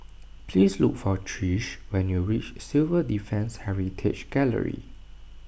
please look for Trish when you reach Civil Defence Heritage Gallery